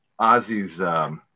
Ozzy's